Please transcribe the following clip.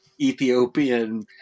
Ethiopian